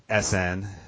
SN